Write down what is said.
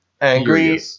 angry